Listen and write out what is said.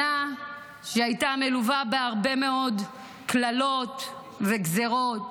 שנה שהייתה מלווה בהרבה מאוד קללות וגזרות.